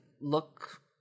look